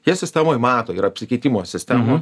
ją sistemoj mato ir apsikeitimo sistemų